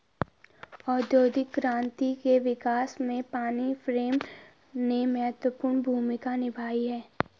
औद्योगिक क्रांति के विकास में पानी फ्रेम ने महत्वपूर्ण भूमिका निभाई है